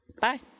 Bye